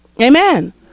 Amen